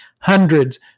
Hundreds